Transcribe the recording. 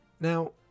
Now